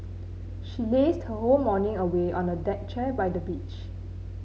she lazed her whole morning away on a deck chair by the beach